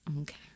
Okay